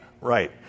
right